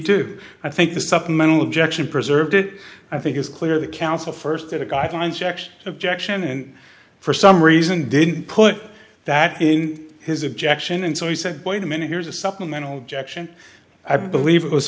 do i think the supplemental objection preserved it i think it's clear the council first had a guideline section objection and for some reason didn't put that in his objection and so he said wait a minute here's a supplemental objection i believe it was